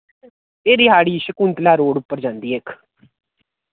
एह् रेहाड़ी शकुंतला रोड़ उप्पर जन्दी इक